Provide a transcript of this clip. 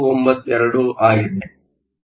192 ಆಗಿದೆ